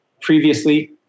Previously